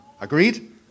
Agreed